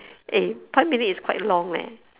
eh five minute is quite long leh